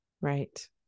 Right